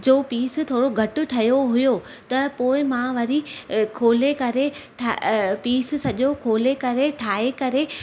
जो पीस थोरो घटि ठहियो हुयो त पोइ मां वरी अ खोले करे ठा अ पीस सॼो खोले करे ठाहे करे